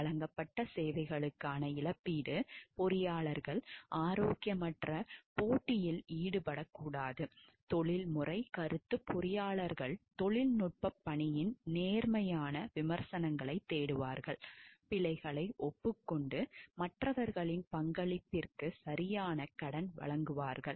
வழங்கப்பட்ட சேவைகளுக்கான இழப்பீடு பொறியாளர்கள் ஆரோக்கியமற்ற போட்டியில் ஈடுபடக்கூடாது தொழில்முறை கருத்துப் பொறியியலாளர்கள் தொழில்நுட்பப் பணியின் நேர்மையான விமர்சனங்களைத் தேடுவார்கள் பிழைகளை ஒப்புக்கொண்டு மற்றவர்களின் பங்களிப்பிற்கு சரியான கடன் வழங்குவார்கள்